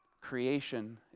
creation